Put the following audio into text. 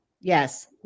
Yes